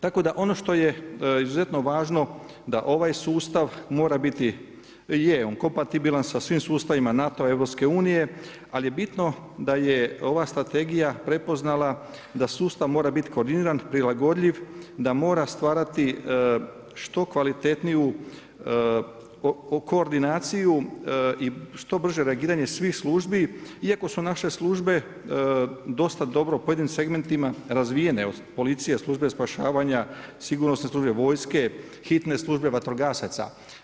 Tako da ono što je izuzetno važno, da ovaj sustav mora biti je kompatibilan sa svim sustavima NATO-a i EU-a, ali je bitno da je ova strategija prepoznala da sustav mora biti koordiniran, prilagodljiv, da mora stvarati što kvalitetniju koordinaciju i što brže reagiranje svih službi iako su naše službe dosta dobro u pojedinim segmentima razvijene od policije, službe spašavanja, sigurnosne službe, vojske, hitne službe, vatrogasaca.